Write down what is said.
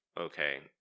okay